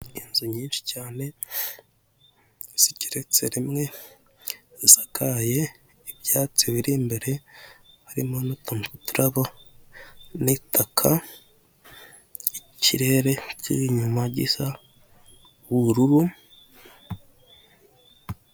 Inzu nyinshi cyane zigereretse rimwe zisakaye, ibyatsi biri imbere harimo n'uturabo n'itaka ikirere k'inyuma gisa ubururu.